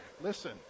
listen